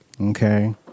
okay